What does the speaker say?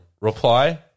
reply